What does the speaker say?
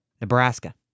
Nebraska